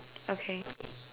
okay